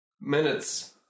Minutes